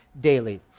daily